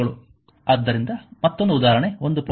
ಆದ್ದರಿಂದ ಮತ್ತೊಂದು ಉದಾಹರಣೆ 1